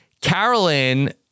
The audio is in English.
Carolyn